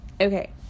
Okay